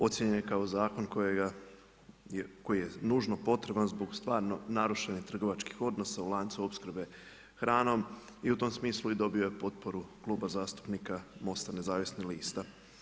Ocijenjen je kao zakon koji je nužno potreban zbog stvarno narušenih trgovačkih odnosa u lancu opskrbe hranom i u tom smislu i dobio je potporu Kluba zastupnika MOST-a Nezavisnih lista.